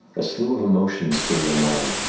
a slew of emotions fill your mind.